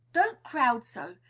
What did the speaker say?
don't crowd so.